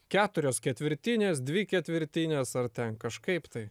keturios ketvirtinės dvi ketvirtinės ar ten kažkaip tai